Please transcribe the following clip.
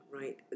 right